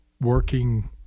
working